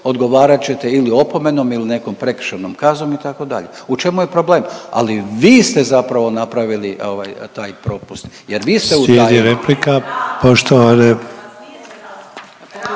odgovarat ćete ili opomenom ili nekom prekršajnom kaznom itd., u čemu je problem? Ali vi ste zapravo napravili ovaj taj propust jer vi ste